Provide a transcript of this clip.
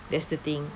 that's the thing